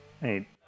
Hey